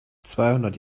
zweihundert